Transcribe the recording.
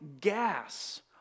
gas